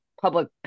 public